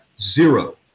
zero